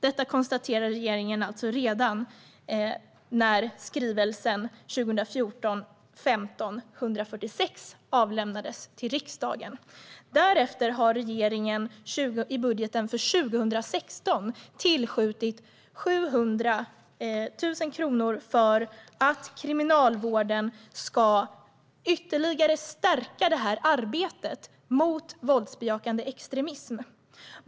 Detta konstaterade regeringen alltså redan när skrivelsen 2014/15:146 avlämnades till riksdagen. Därefter har regeringen i budgeten för 2016 tillskjutit 700 000 kronor för att Kriminalvården ytterligare ska stärka arbetet mot våldsbejakande extremism.